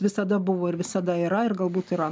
visada buvo ir visada yra ir galbūt yra